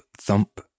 thump